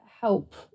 help